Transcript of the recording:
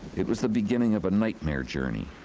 it was the beginning of a nightmare journey.